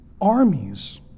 armies